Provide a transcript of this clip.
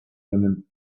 women